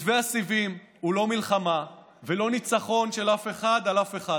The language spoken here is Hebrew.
מתווה הסיבים הוא לא מלחמה ולא ניצחון של אף אחד על אף אחד.